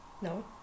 No